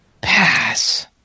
Pass